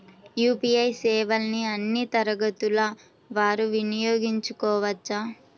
UPI సేవలని అన్నీ తరగతుల వారు వినయోగించుకోవచ్చా?